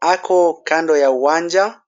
ako kando ya uwanja.